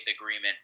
agreement